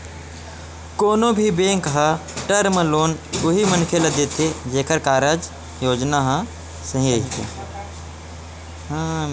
कोनो भी बेंक ह टर्म लोन उही मनखे ल देथे जेखर कारज योजना ह सही रहिथे